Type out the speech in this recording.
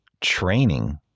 training